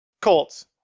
Colts